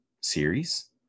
series